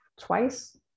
twice